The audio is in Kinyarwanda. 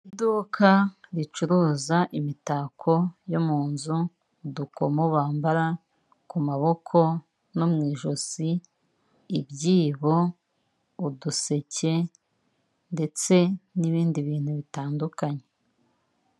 Iduka ricuruza imitako yo mu nzu, udukomo bambara ku maboko no mu ijosi, ibyibo, uduseke ndetse n'ibindi bintu bitandukanye.